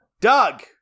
Doug